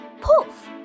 poof